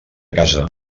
casa